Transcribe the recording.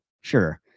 sure